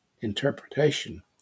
interpretation